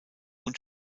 und